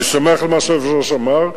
אני שמח על מה שהיושב-ראש אמר,